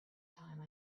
time